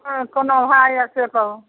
कोना भाव यऽ से कहू